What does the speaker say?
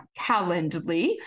Calendly